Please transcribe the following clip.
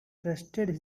trusted